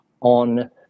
on